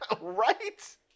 Right